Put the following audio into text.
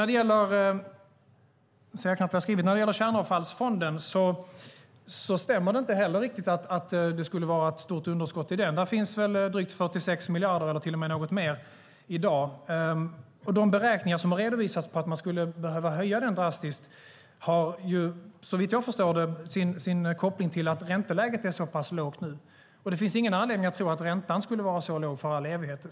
Det stämmer inte heller riktigt att det skulle vara ett stort underskott i Kärnavfallsfonden. Där finns drygt 46 miljarder, eller kanske till och med något mer, i dag. De beräkningar som har redovisats av att man skulle behöva höja detta drastiskt har, såvitt jag förstår, sin koppling till att ränteläget är så pass lågt nu. Det finns ingen anledning att tro att räntan skulle vara så låg i all evighet.